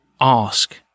ask